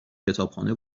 کتابخانه